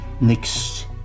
next